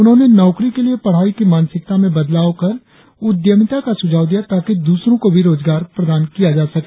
उन्होंने नौकरी के लिए पढ़ाई की मानसिकता में बदलाव कर उद्यमिता का सुझाव दिया ताकि द्रसरों को भी रोजगार प्रदान कर सके